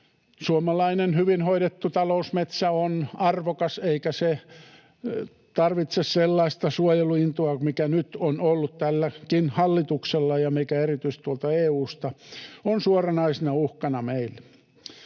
Suomalainen hyvin hoidettu talousmetsä on arvokas, eikä se tarvitse sellaista suojeluintoa, mikä nyt on ollut tälläkin hallituksella ja mikä erityisesti tuolta EU:sta on suoranaisena uhkana meille.